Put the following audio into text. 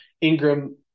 Ingram